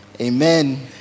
Amen